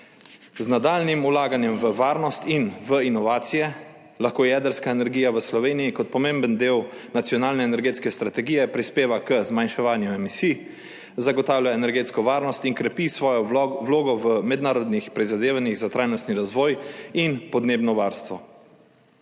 Z nadaljnjim vlaganjem v varnost in v inovacije lahko jedrska energija v Sloveniji kot pomemben del nacionalne energetske strategije prispeva k zmanjševanju emisij, zagotavlja energetsko varnost in krepi svojo vlogo v mednarodnih prizadevanjih za trajnostni razvoj in podnebno varstvo.